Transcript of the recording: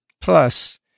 plus